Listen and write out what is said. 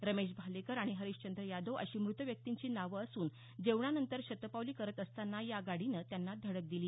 रमेश भालेकर आणि हरिश्चंद्र यादव अशी मृत व्यक्तींची नावं असून जेवणानंतर शतपावली करत असतांना या गाडीनं त्यांना धडक दिली